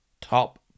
top